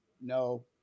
no